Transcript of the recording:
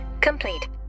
complete